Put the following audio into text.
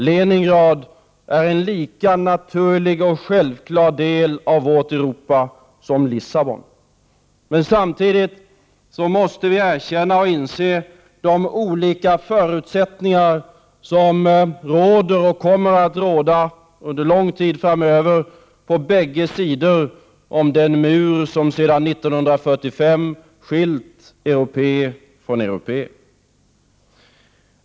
Leningrad är en lika naturlig och självklar del av vårt Europa som Lissabon. Men samtidigt måste vi erkänna de olika förutsättningar som råder och kommer att råda under lång tid framöver på bägge sidor om den mur som sedan 1945 skilt europé från europé.